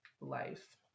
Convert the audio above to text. life